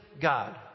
God